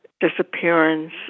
disappearance